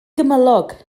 gymylog